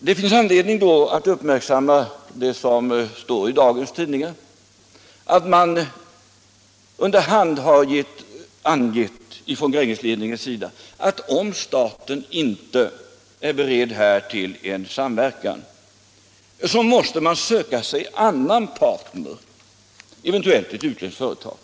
Det finns anledning att uppmärksamma det som står i dagens tidningar, att Grängesledningen under hand har angett att om staten inte är beredd till en samverkan här måste man söka sig en annan partner, eventuellt ett utländskt företag.